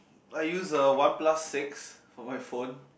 I use uh one plus six for my phone